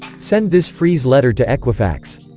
send this freeze letter to equifax